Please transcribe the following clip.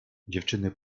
dziewczyny